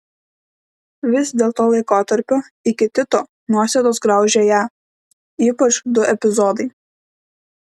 vis dėlto laikotarpio iki tito nuosėdos graužė ją ypač du epizodai